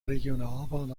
regionalbahn